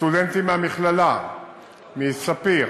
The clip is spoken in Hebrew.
סטודנטים ממכללת ספיר,